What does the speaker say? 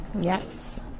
Yes